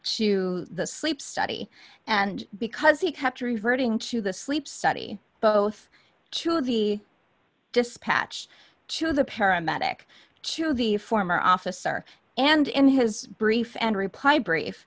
to the sleep study and because he kept reverting to the sleep study both to be dispatched to the paramedic to the former officer and in his brief and reply brief